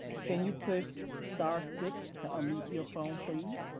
can you push star-six to unmute your phone, please?